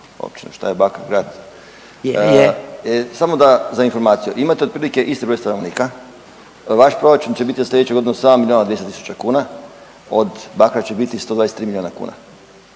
…/Upadica: Je, je./… Samo za informaciju. Imate otprilike isti broj stanovnika. Naš proračun će biti od sljedeće godine 7 milijuna 200 000 kuna od Bakra će biti 123 milijuna kuna.